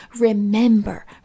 Remember